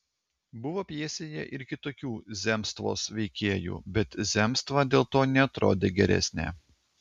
buvo pjesėje ir kitokių zemstvos veikėjų bet zemstva dėl to neatrodė geresnė